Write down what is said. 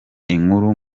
inkuru